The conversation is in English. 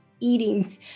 eating